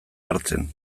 hartzen